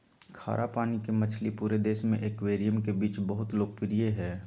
खारा पानी के मछली पूरे देश में एक्वेरियम के बीच बहुत लोकप्रिय हइ